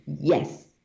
yes